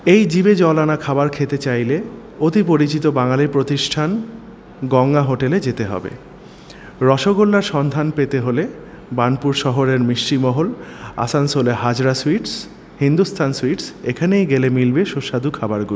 এই জিভে জল আনা খাবার খেতে চাইলে অতি পরিচিত বাঙালি প্রতিষ্ঠান গঙ্গা হোটেলে যেতে হবে রসগোল্লার সন্ধান পেতে হলে বার্নপুর শহরের মিষ্টি মহল আসানসোলে হাজরা সুইটস হিন্দুস্থান সুইটস এখানেই গেলে মিলবে সুস্বাদু খাবারগুলো